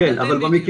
אנחנו יודעים בדיוק.